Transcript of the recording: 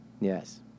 Yes